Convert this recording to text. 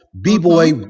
b-boy